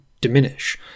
diminish